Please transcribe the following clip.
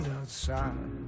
outside